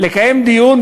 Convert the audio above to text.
לקיים דיון,